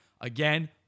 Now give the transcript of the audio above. Again